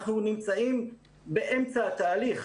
אנחנו נמצאים באמצע התהליך.